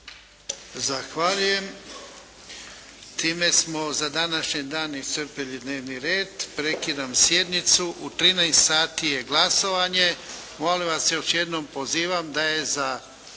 Zahvaljujem. Time smo za današnji dan iscrpili dnevni red. Prekidam sjednicu. U 13 sati je glasovanje. Molim vas još jednom, pozivam da je za